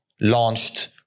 launched